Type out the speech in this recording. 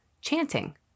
Chanting